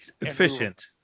efficient